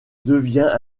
devient